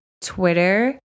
Twitter